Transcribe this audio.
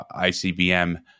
ICBM